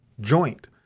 joint